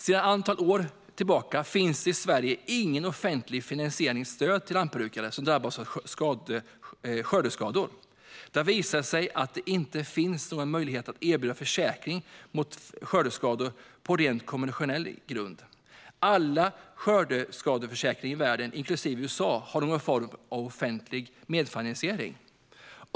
Sedan ett antal år finns det i Sverige inget offentligt finansierat stöd till lantbrukare som drabbas av skördeskador. Det har visat sig att det inte finns någon möjlighet att erbjuda försäkringar mot skördeskador på rent kommersiell grund. Alla skördeskadeförsäkringar i världen, inklusive i USA, har någon form av offentlig medfinansiering.